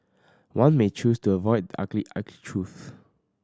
one may choose to avoid ugly ugly truths